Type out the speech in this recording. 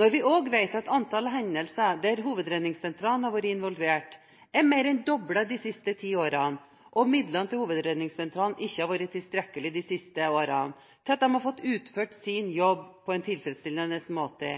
Når vi også vet at antallet hendelser der Hovedredningssentralen har vært involvert, er mer enn doblet de siste ti årene, og at midlene til Hovedredningssentralen ikke har vært tilstrekkelig de siste årene til at de har fått utført sin jobb på en tilfredsstillende måte,